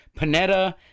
Panetta